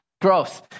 gross